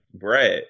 Brad